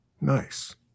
Nice